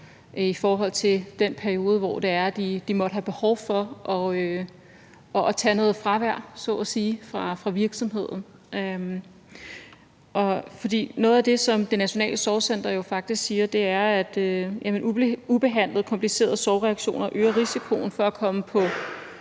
handler om den periode, hvor de måtte have behov for at tage noget fravær fra virksomheden. For noget af det, som Det Nationale Sorgcenter jo faktisk siger, er, at ubehandlede, komplicerede sorgreaktioner øger risikoen for at komme på